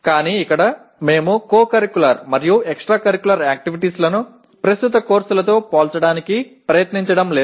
కానీ ఇక్కడ మేము కో కరికులర్ మరియు ఎక్స్ట్రా కరికులర్ యాక్టివిటీస్ లను ప్రస్తుత కోర్సులతో పోల్చడానికి ప్రయత్నించడం లేదు